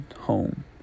home